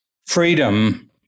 freedom